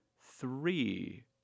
three